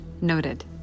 Noted